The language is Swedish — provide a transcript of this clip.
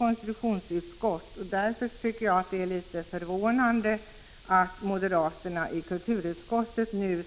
Jag tycker att det därför är litet förvånande att moderaterna så snart efteråt i kulturutskottet nu